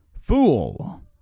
fool